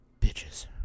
bitches